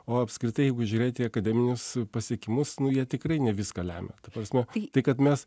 o apskritai jeigu žiūrėti į akademinius pasiekimus nu jie tikrai ne viską lemia ta prasme tai kad mes